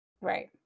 Right